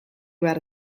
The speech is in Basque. behar